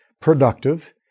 productive